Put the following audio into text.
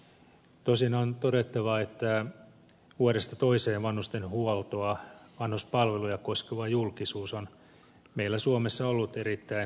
tosin on todettava että vuodesta toiseen vanhustenhuoltoa vanhuspalveluja koskeva julkisuus meillä suomessa ollut erittäin negatiivista